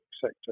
sector